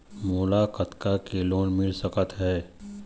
मोला कतका के लोन मिल सकत हे?